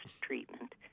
treatment